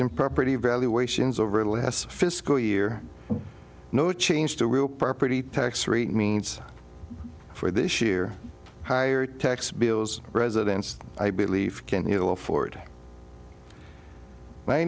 in property valuations over the last fiscal year no change to real property tax rate means for this year higher tax bills residents i believe can you afford